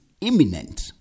imminent